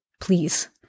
Please